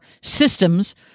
systems